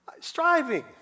striving